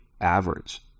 average